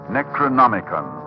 Necronomicon